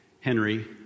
Henry